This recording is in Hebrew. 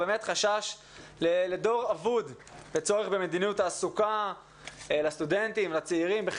על החשש לדור אבוד והצורך במדיניות תעסוקה לסטודנטים וצעירים בישראל,